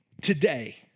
today